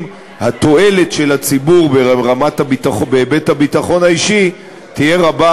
התועלת של הציבור בהיבט הביטחון האישי תהיה רבה